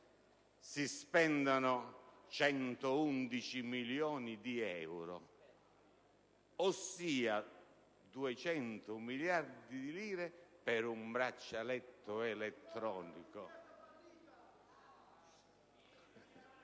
si spendano 111 milioni di euro, ossia 200 miliardi di vecchie lire, per un braccialetto elettronico?